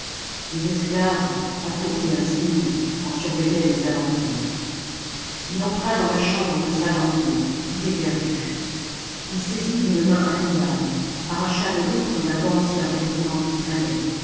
des esclaves accourus d'un signe en surveillaient les alentours ii entra dans la chambre de salammbô tout éperdu il saisit d'une main hannibal arracha de l'autre la ganse d'un vêtement qui traînait